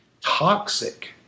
toxic